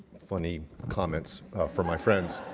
funny comments from my friends.